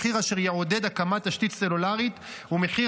מחיר אשר יעודד הקמת תשתית סלולרית הוא מחיר